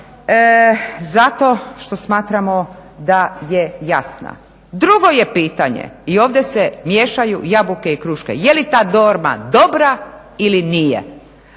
zato što smatramo da je jasna. Drugo je pitanje i ovdje se miješaju jabuke i kruške, jeli ta norma dobra ili nije,